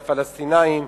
לפלסטינים,